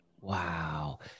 Wow